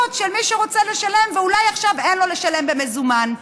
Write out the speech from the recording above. של מי שרוצה לשלם ואולי עכשיו אין לו לשלם במזומן?